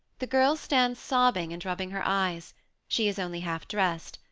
the girl stands sobbing and nibbing her eyes she is only half dressed,